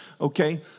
Okay